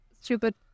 stupid